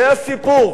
זה הסיפור.